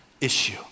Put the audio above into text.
issue